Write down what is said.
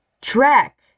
Track